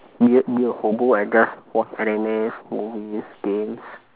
be be a hobo and just watch animes movies games